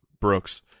Brooks